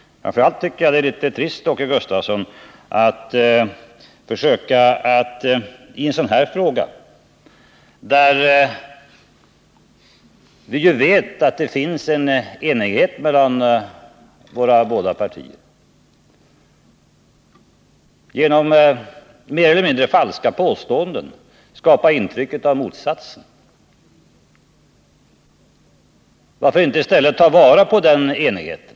Framför allt tycker jag det är litet trist, herr Åke Gustavsson, att försöka att i en sådan här fråga, där vi ju vet att det finns enighet mellan våra båda partier, genom mer eller mindre falska påstående skapa intryck av motsatsen. Varför inte i stället ta vara på den enigheten?